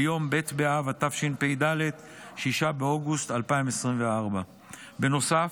ביום ב' באב התשפ"ד, 6 באוגוסט 2024. בנוסף,